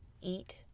eat